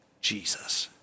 Jesus